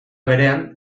berean